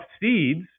seeds